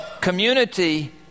Community